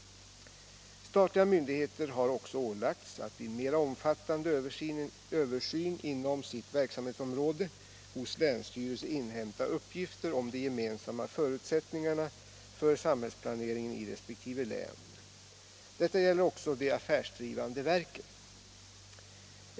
Statliga myndigheter har också ålagts att vid mera omfattande översyn inom sitt verksamhetsområde hos länsstyrelse inhämta uppgifter om de gemensamma förutsättningarna för samhällsplaneringen i resp. län. Detta gäller också de affärsdrivande verken.